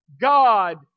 God